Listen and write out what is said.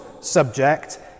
subject